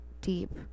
deep